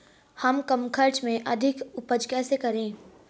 हम कम खर्च में अधिक उपज कैसे करें?